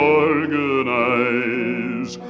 organize